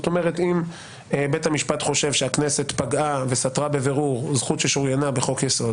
אם בית המשפט חושב שהכנסת סתרה בבירור זכות ששוריינה בחוק-יסוד